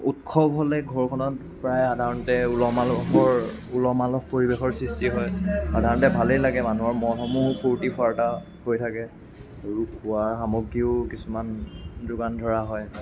উৎসৱ হ'লে ঘৰখনত প্ৰায় সাধাৰণতে উলহ মালহৰ উলহ মালহ পৰিৱেশৰ সৃষ্টি হয় সাধাৰণতে ভালেই লাগে মানুহৰ মনসমূহো ফুৰ্তি ফাৰ্তা হৈ থাকে আৰু খোৱা সামগ্ৰীও কিছুমান যোগান ধৰা হয়